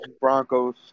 Broncos